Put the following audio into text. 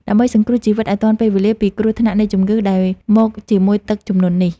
ដើម្បីសង្គ្រោះជីវិតឱ្យទាន់ពេលវេលាពីគ្រោះថ្នាក់នៃជំងឺដែលមកជាមួយទឹកជំនន់នេះ។